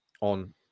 on